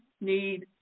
need